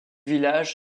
village